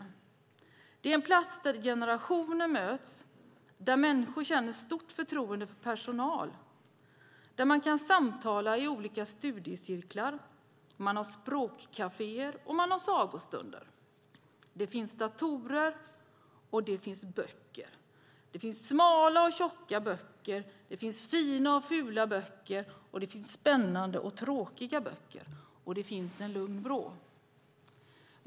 Biblioteket är en plats där generationer möts, där människor känner ett stort förtroende för personalen och där man kan samtala i olika studiecirklar. Där finns språkkaféer och man har sagostunder. Där finns datorer och böcker. Det finns tunna och tjocka böcker. Det finns fina och fula böcker. Det finns spännande och tråkiga böcker. Och det finns en lugn vrå.